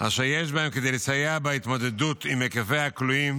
שיש בהם כדי לסייע בהתמודדות עם היקפי הכלואים